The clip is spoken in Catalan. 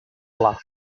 pla